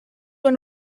one